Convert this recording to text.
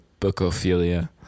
bookophilia